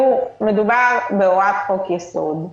מדובר בהוראת חוק-יסוד.